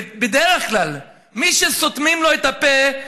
ובדרך כלל מי שסותמים לו את הפה,